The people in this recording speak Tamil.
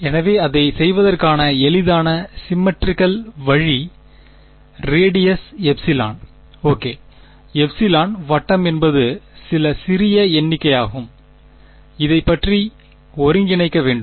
எனவே அதைச் செய்வதற்கான எளிதான சிம்மெட்ரிக்கல் வழி ரேடியஸ் எப்சிலன் ஓகே எப்சிலான் வட்டம் என்பது சில சிறிய எண்ணிக்கையாகும் இதைப் பற்றி ஒருங்கிணைக்க வேண்டும்